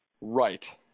Right